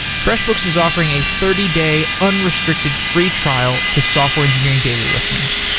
freshbooks is offering a thirty day unrestricted free trial to software engineering daily listeners.